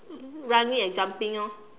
running and jumping orh